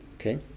Okay